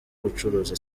gucuruza